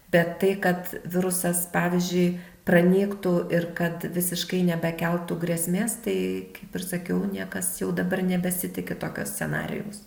bet tai kad virusas pavyzdžiui pranyktų ir kad visiškai nebekeltų grėsmės tai kaip ir sakiau niekas jau dabar nebesitiki tokio scenarijaus